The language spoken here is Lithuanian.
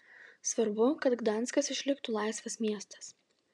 svarbu kad gdanskas išliktų laisvas miestas